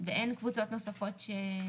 כל קבוצת תיירים